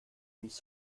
nicht